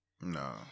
No